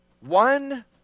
one